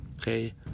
Okay